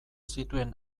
zituen